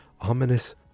ominous